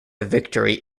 victory